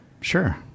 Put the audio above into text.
Sure